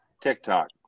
TikTok